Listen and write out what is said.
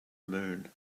moon